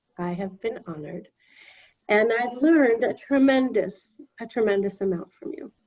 have been honored and i've learned a tremendous, a tremendous amount from you.